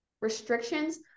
restrictions